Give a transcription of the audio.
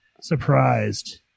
surprised